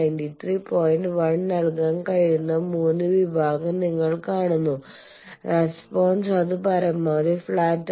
1 നൽകാൻ കഴിയുന്ന 3 വിഭാഗം നിങ്ങൾ കാണുന്നു റെസ്പോൺസ് അത് പരമാവധി ഫ്ലാറ്റ് ആണ്